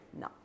no